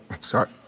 Sorry